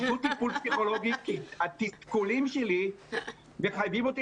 פשוט טיפול פסיכולוגי כי התסכולים שלי מחייבים אותי